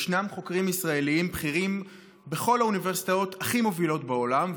יש חוקרים ישראלים בכירים בכל האוניברסיטאות הכי מובילות בעולם,